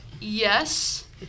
yes